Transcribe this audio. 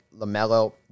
LaMelo